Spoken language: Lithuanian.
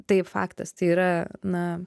tai faktas tai yra na